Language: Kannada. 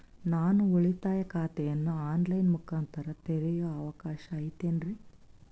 ನಾನು ಉಳಿತಾಯ ಖಾತೆಯನ್ನು ಆನ್ ಲೈನ್ ಮುಖಾಂತರ ತೆರಿಯೋ ಅವಕಾಶ ಐತೇನ್ರಿ?